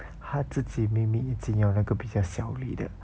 她自己明明已经要那个比较小粒的